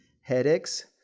headaches